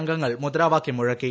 അംഗങ്ങൾ മുദ്രാവാക്യം മുഴുക്ക്കി